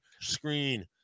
screen